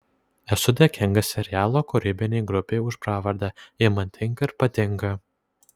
esu dėkingas serialo kūrybinei grupei už pravardę ji man tinka ir patinka